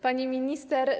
Pani Minister!